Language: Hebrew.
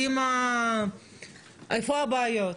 איפה הבעיות?